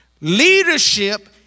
Leadership